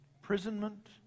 imprisonment